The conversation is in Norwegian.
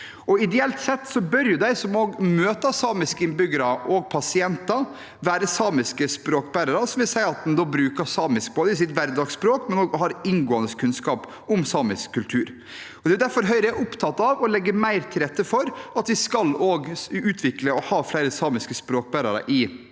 Ideelt sett bør de som møter samiske innbyggere og pasienter, være samiske språkbærere, noe som vil si at man bruker samisk i sitt hverdagsspråk, men også har inngående kunnskap om samisk kultur. Det er derfor Høyre er opptatt av å legge mer til rette for at vi skal utvikle og ha flere samiske språkbærere i